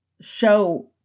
show